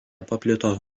paplito